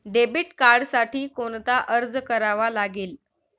Debit कार्डसाठी कोणता अर्ज करावा लागेल?